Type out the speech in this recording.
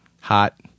hot